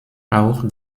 auch